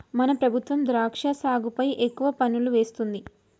మన ప్రభుత్వం ద్రాక్ష సాగుపై ఎక్కువ పన్నులు వేస్తుంది